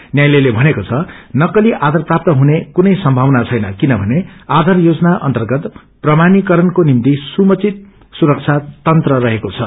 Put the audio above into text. न्यायालयले भनेको छ नकली आयार प्राप्त हुने कुनै सम्भावना छैन किनभने आयार योजना अर्न्तगत प्रमाणीकरणको निभ्ति समुचित सुरक्षा तन्त्र रहेको छ